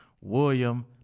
William